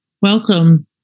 Welcome